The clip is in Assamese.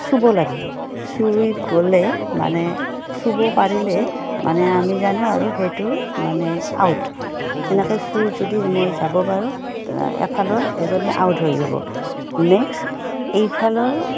চুব লাগে চুই গ'লে মানে চুব পাৰিলে মানে আমি জানো আৰু সেইটো মানে আউট এনেকৈ চুই যদি মই যাব পাৰোঁ এফালৰ এজনী আউট হৈ যাব নেক্সট এইফালৰ